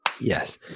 Yes